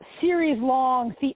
series-long